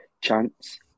chance